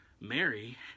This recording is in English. Mary